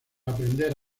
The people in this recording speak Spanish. aprender